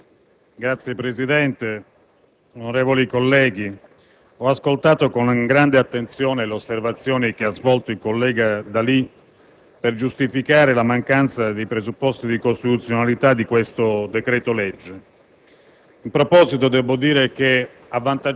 Signor Presidente, onorevoli colleghi, ho ascoltato con grande attenzione le osservazioni svolte dal collega D'Alì